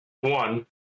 One